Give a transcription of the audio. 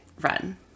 run